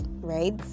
right